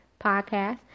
podcast